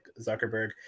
Zuckerberg